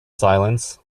silence